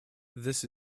this